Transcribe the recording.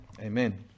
amen